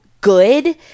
good